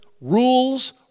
rules